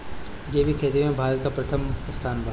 जैविक खेती में भारत का प्रथम स्थान बा